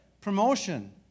promotion